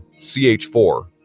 CH4